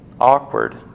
awkward